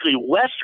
West